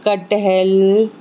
कटहल